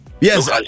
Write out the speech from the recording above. yes